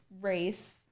race